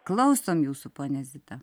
klausom jūsų ponia zita